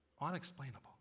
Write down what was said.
unexplainable